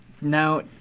now